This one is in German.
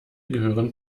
gehören